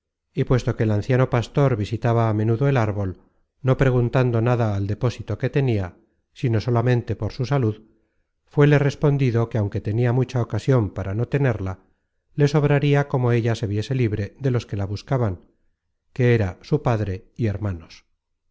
y puesto que el anciano pastor visitaba á menudo el árbol no preguntando nada al depósito que tenia sino solamente por su salud fuéle respondido que aunque tenia mucha ocasion para no tenerla le sobraria como ella se viese libre de los que la buscaban que era su padre y hermanos